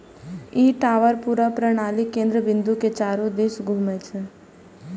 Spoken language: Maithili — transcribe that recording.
ई टावर पूरा प्रणालीक केंद्र बिंदु के चारू दिस घूमै छै